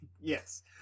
Yes